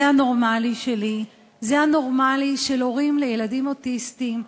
זה הנורמלי שלי." זה ה"נורמלי" של הורים לילדים אוטיסטים,